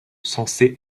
censée